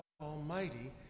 Almighty